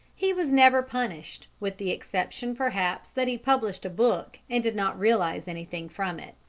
he was never punished, with the exception perhaps that he published a book and did not realize anything from it.